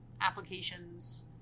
applications